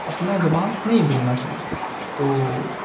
اپنا زبان نہیں بھولنا چاہیے تو